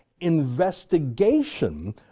investigation